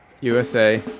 USA